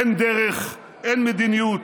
אין דרך, אין מדיניות.